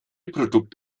produkt